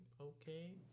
okay